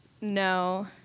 No